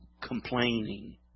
complaining